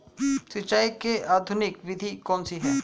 सिंचाई की आधुनिक विधि कौन सी है?